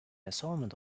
assortment